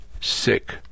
sick